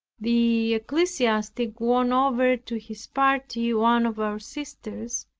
the ecclesiastic won over to his party one of our sisters,